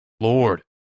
Lord